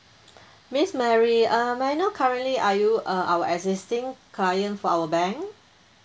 miss mary uh may I know currently are you uh our existing client for our bank